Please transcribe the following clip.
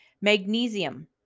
Magnesium